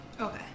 Okay